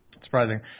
Surprising